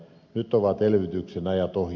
nyt ovat elvytyksen ajat ohi